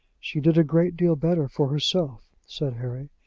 she did a great deal better for herself, said harry.